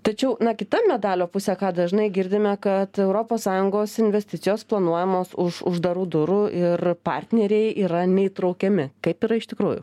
tačiau na kita medalio pusė ką dažnai girdime kad europos sąjungos investicijos planuojamos už uždarų durų ir partneriai yra neįtraukiami kaip yra iš tikrųjų